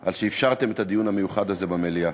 על שאפשרתם את הדיון המיוחד הזה במליאה.